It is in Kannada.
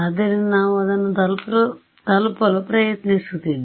ಆದ್ದರಿಂದ ನಾವು ಅದನ್ನು ತಲುಪಲು ಪ್ರಯತ್ನಿಸುತ್ತಿದ್ದೇವೆ